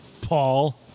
Paul